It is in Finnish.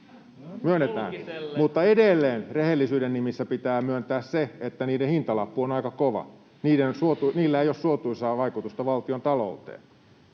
Mutta edelleen rehellisyyden nimissä pitää myöntää se, että niiden hintalappu on aika kova. Niillä ei ole suotuisaa vaikutusta valtiontalouteen,